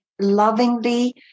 lovingly